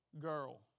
girl